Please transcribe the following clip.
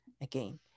again